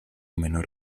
menor